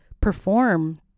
perform